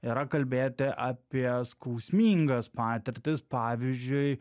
yra kalbėti apie skausmingas patirtis pavyzdžiui